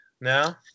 now